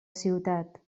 ciutat